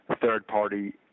third-party